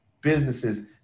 businesses